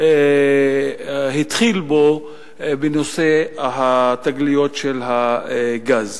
התחיל בה בנושא תגליות הגז.